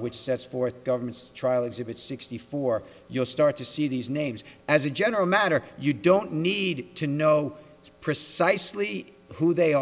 which sets forth government's trial exhibit sixty four you'll start to see these names as a general matter you don't need to know precisely who they